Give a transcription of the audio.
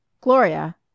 Gloria